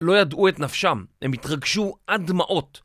לא ידעו את נפשם. הם התרגשו עד דמעות.